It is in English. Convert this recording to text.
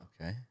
Okay